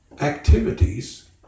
activities